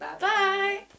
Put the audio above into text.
Bye